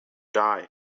die